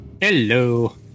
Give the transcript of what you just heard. Hello